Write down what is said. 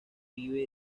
river